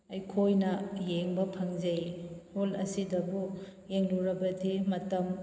ꯑꯩꯈꯣꯏꯅ ꯌꯦꯡꯕ ꯐꯧꯖꯩ ꯍꯣꯜ ꯑꯁꯤꯗꯕꯨ ꯌꯦꯡꯂꯨꯔꯕꯗꯤ ꯃꯇꯝ